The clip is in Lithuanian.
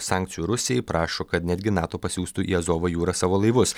sankcijų rusijai prašo kad netgi nato pasiųstų į azovo jūrą savo laivus